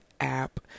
app